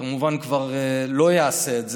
כמובן כבר לא יעשה את זה,